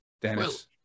Dennis